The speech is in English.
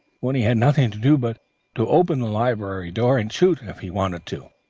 when he had nothing to do but to open the library door and shoot, if he wanted to?